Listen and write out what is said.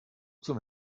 zum